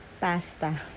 pasta